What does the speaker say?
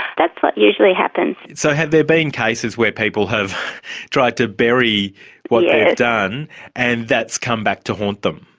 that's what usually happens. so have there been cases where people have tried to bury what they've done and that's come back to haunt them?